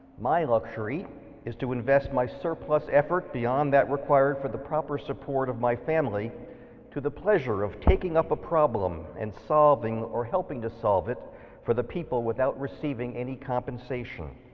my luxury is to invest my surplus effort beyond that required for the proper support of my family to the pleasure of taking up a problem and solving or helping to solve it for the people without receiving any compensation.